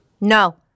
No